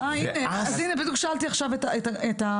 אני בדיוק שאלתי עכשיו את המבקרת.